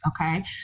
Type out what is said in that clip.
Okay